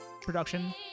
Production